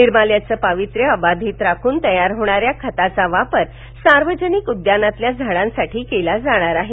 निर्माल्याच पावित्र्य अबाधित राखून तयार होणाऱ्या खताचा वापर सार्वजनिक उद्यानातील झाडांसाठी केला जाणार आहे